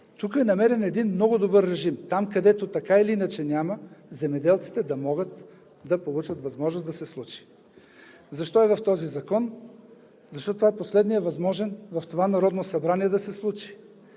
Тук е намерен един много добър режим. Там, където така или иначе няма, земеделците да могат да получат възможност да се случи. Защо е в този закон? Защото това е последният възможен в това Народно събрание да се случи.